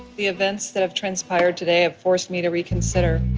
the events that have transpired today have forced me to reconsider.